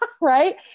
right